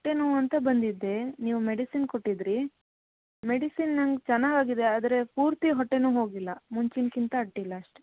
ಹೊಟ್ಟೆನೋವಂತ ಬಂದಿದ್ದೆ ನೀವು ಮೆಡಿಸಿನ್ ಕೊಟ್ಟಿದ್ದಿರಿ ಮೆಡಿಸಿನ್ ನನಗೆ ಚೆನ್ನಾಗಾಗಿದೆ ಆದರೆ ಪೂರ್ತಿ ಹೊಟ್ಟೆನೋವು ಹೋಗಿಲ್ಲ ಮುಂಚಿನ್ಕಿಂತ ಅಡ್ಡಿಲ್ಲ ಅಷ್ಟೆ